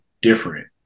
different